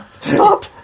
Stop